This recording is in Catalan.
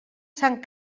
sant